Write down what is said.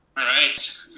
all right,